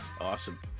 Awesome